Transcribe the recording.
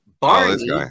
Barney